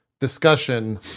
discussion